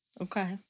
Okay